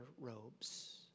robes